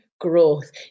growth